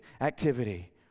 activity